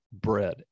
bread